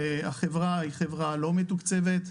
החברה היא חברה לא מתוקצבת.